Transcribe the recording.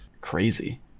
crazy